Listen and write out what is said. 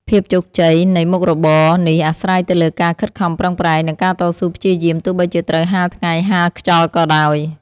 ភាពជោគជ័យនៃមុខរបរនេះអាស្រ័យទៅលើការខិតខំប្រឹងប្រែង និងការតស៊ូព្យាយាមទោះបីជាត្រូវហាលថ្ងៃហាលខ្យល់ក៏ដោយ។